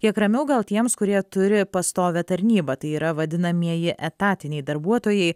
kiek ramiau gal tiems kurie turi pastovią tarnybą tai yra vadinamieji etatiniai darbuotojai